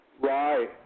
Right